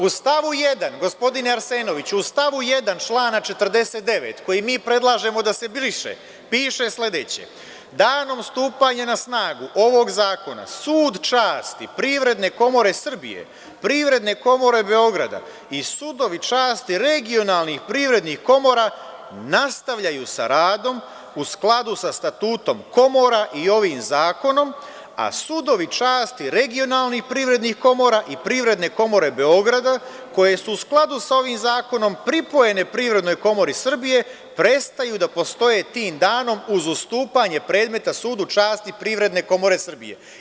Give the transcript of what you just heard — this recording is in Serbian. U stavu jedan, gospodine Arsenoviću, člana 49,koji mi predlažemo da se briše, piše sledeće – danom stupanja na snagu ovog zakona Sud časti Privredne komore Srbije, Privredne komore Beograda i sudovi časti regionalnih privrednih komora nastavljaju sa radom u skladu sa statutom komora i ovim zakonom, a sudovi časti regionalnih privrednih komora i Privredne komore Beograda, koje su u skladu sa ovim zakonom, pripojene Privrednoj komori Srbije, prestaju da postoje tim danom, uz ustupanje predmeta Sudu časti Privredne komore Srbije.